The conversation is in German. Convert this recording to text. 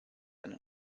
eine